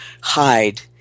hide